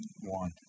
one